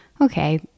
okay